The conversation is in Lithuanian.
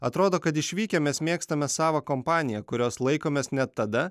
atrodo kad išvykę mes mėgstame savą kompaniją kurios laikomės net tada